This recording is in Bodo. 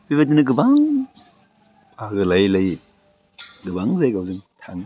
बेबादिनो गोबां बाहागो लायै लायै गोबां जायगायावनो थाङो